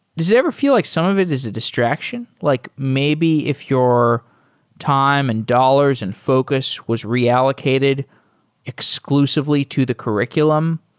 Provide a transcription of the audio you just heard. does it ever feel like some of it is a distraction? like maybe if you're time and dollars and focus was reallocated exclusively to the curr iculum,